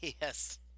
yes